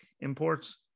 imports